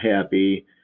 happy